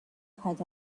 had